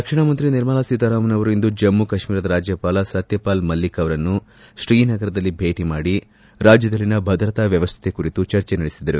ರಕ್ಷಣಾ ಮಂತ್ರಿ ನಿರ್ಮಲಾ ಸೀತಾರಾಮನ್ ಅವರು ಇಂದು ಜಮ್ಮ ಕಾಶ್ಮೀರದ ರಾಜ್ಯಪಾಲ ಸತ್ಯಪಾಲ್ ಮಲ್ಲಿಕ್ ಅವರನ್ನು ತ್ರೀನಗರದಲ್ಲಿ ಭೇಟಿ ಮಾಡಿ ರಾಜ್ಯದಲ್ಲಿಯ ಭದ್ರತಾ ವ್ಯವಸ್ಥೆ ಕುರಿತು ಚರ್ಚೆ ನಡೆಸಿದರು